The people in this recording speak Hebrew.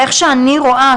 ואיך שאני רואה,